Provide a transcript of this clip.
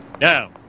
Now